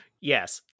yes